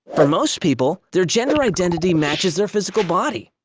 for most people, their gender identity matches their physical body.